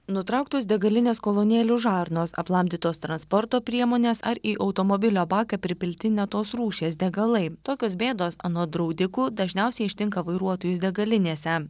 nutrauktos degalinės kolonėlių žarnos aplamdytos transporto priemonės ar į automobilio baką pripilti ne tos rūšies degalai tokios bėdos anot draudikų dažniausiai ištinka vairuotojus degalinėse